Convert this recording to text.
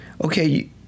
okay